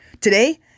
today